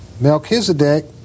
Melchizedek